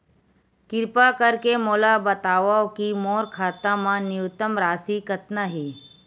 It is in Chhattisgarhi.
किरपा करके मोला बतावव कि मोर खाता मा न्यूनतम राशि कतना हे